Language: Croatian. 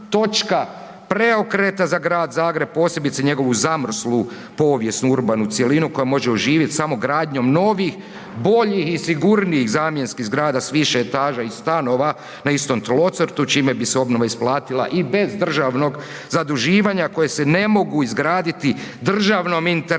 preokreta za Grad Zagreb, posebice njegovu zamrslu povijesnu urbanu cjelinu koja može oživjet samo gradnjom novih boljih i sigurnijih zamjenskih zgrada s više etaža i stanova na istom tlocrtu čime bi se obnova isplatila i bez državnog zaduživanja koje se ne mogu izgraditi državnom intervencijom